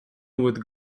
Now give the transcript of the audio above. with